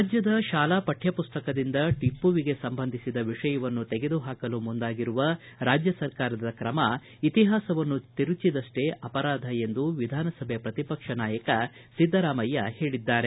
ರಾಜ್ಯದ ಶಾಲಾ ಪಠ್ಯ ಪುಸ್ತಕದಿಂದ ಟಿಪ್ಪುವಿಗೆ ಸಂಬಂಧಿಸಿದ ವಿಷಯವನ್ನು ತೆಗೆದು ಪಾಕಲು ಮುಂದಾಗಿರುವ ರಾಜ್ಯ ಸರ್ಕಾರದ ಕ್ರಮ ಇತಿಹಾಸವನ್ನು ತಿರುಚಿದಷ್ಟೇ ಅಪರಾಧ ಎಂದು ವಿಧಾನಸಭೆ ಪ್ರತಿಪಕ್ಷ ನಾಯಕ ಸಿದ್ದರಾಮಯ್ಯ ಹೇಳಿದ್ದಾರೆ